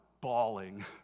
bawling